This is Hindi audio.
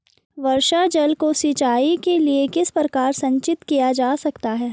वर्षा जल को सिंचाई के लिए किस प्रकार संचित किया जा सकता है?